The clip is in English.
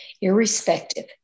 Irrespective